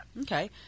Okay